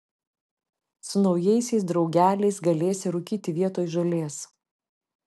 su naujaisiais draugeliais galėsi rūkyti vietoj žolės